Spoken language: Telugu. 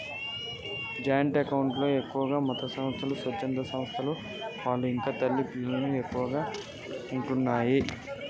జాయింట్ అకౌంట్ లో ఎక్కువగా మతసంస్థలు, స్వచ్ఛంద సంస్థల వాళ్ళు ఇంకా తల్లి పిల్లలకు ఎక్కువగా ఉంటయ్